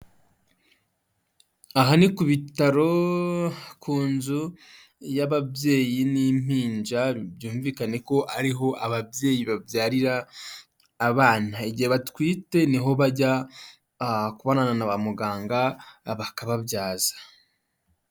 Aha ni ku bitaro, ku nzu y'ababyeyi n'impinja, byumvikane ko ariho ababyeyi babyarira abana, igihe batwite ni ho bajya kubonana na bamuganga bakababyaza.